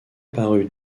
parut